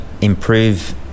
improve